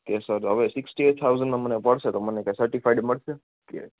okay sir હવે sixty eight થાઉંઝડમાં મને પડશે તો મને કઈ સર્ટિફાઈડ મળશે કે